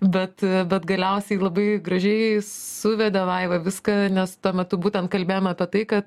bet e bet galiausiai labai gražiai suvedė vaiva viską nes tuo metu būtent kalbėjom apie tai kad